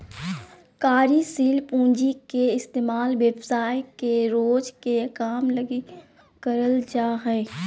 कार्यशील पूँजी के इस्तेमाल व्यवसाय के रोज के काम लगी करल जा हय